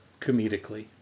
comedically